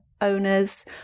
owners